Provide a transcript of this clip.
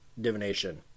divination